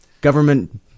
Government